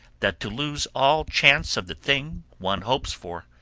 that to lose all chance of the thing one hopes for,